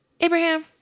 abraham